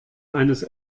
eines